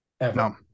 no